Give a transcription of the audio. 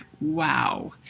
wow